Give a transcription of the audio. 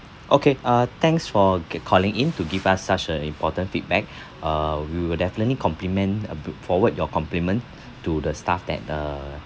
uh okay uh thanks for calling in to give us such a important feedback uh we will definitely compliment uh b~ forward your compliment to the staff that uh